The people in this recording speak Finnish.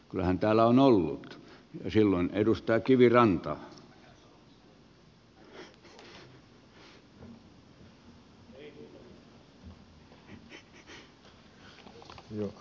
olen täällä on ollut ja silloin edustaja arvoisa puhemies